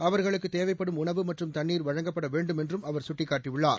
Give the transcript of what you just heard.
அவர்களுக்கு தேவைப்படும் உணவு மற்றும் தண்ணீர் வழங்கப்பட வேண்டும் என்றும் அவர் சுட்டிக்காட்டியுள்ளார்